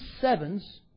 sevens